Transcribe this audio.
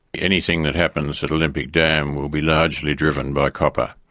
anything that happens at olympic dam will be largely driven by copper,